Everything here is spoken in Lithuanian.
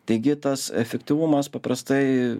taigi tas efektyvumas paprastai